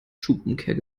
schubumkehr